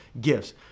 gifts